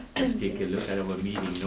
and particular item of meeting